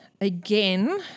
again